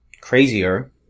crazier